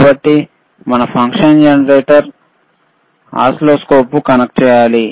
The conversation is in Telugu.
కాబట్టి మన ఫంక్షన్ జనరేటర్ను ఓసిల్లోస్కోప్కు కనెక్ట్ చేయాలి